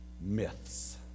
myths